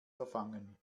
verfangen